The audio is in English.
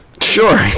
Sure